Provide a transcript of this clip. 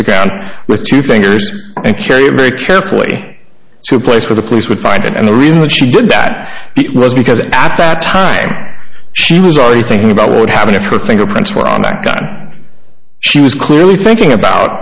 began with two fingers and carry it very carefully to a place where the police would find it and the reason that she did that it was because at that time she was already thinking about what would happen if her fingerprints were on that gun she was clearly thinking about